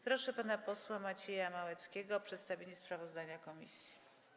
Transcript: Proszę pana posła Macieja Małeckiego o przedstawienie sprawozdania komisji.